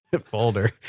folder